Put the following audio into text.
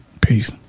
Peace